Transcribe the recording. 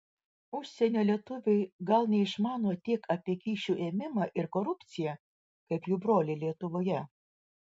užsienio lietuviai gal neišmano tiek apie kyšių ėmimą ir korupciją kaip jų broliai lietuvoje